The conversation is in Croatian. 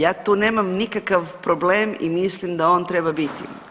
Ja tu nemam nikakav problem i mislim da on treba biti.